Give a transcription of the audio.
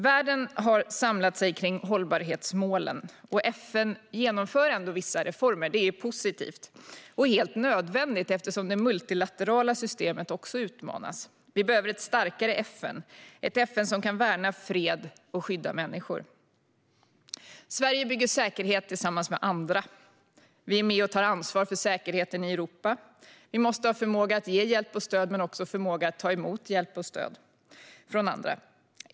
Världen har samlat sig kring hållbarhetsmålen. FN genomför ändå vissa reformer. Det är positivt och helt nödvändigt eftersom också det multilaterala systemet utmanas. Vi behöver ett starkare FN, ett FN som kan värna fred och skydda människor. Sverige bygger säkerhet tillsammans med andra. Vi är med och tar ansvar för säkerheten i Europa. Vi måste ha förmåga att ge hjälp och stöd och att också ta emot hjälp och stöd från andra.